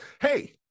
Hey